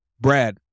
Brad